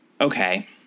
Okay